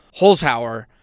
Holzhauer